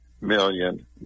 million